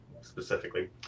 specifically